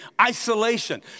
isolation